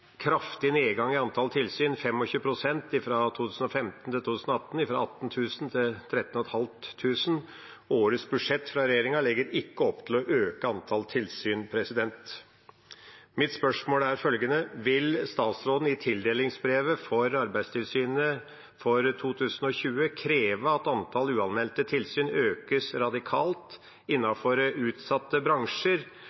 kraftig nedgang i antall tilsyn, 25 pst. fra 2015 til 2018, fra 18 000 til 13 500, og årets budsjett fra regjeringa legger ikke opp til å øke antall tilsyn. Mitt spørsmål er følgende: Vil statsråden i tildelingsbrevet for Arbeidstilsynet for 2020 kreve at antallet uanmeldte tilsyn økes radikalt